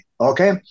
okay